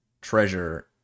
treasure